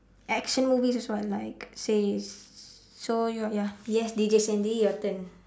action movies is one like says so you are ya yes D_J sandy your turn